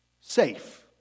safe